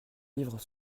livre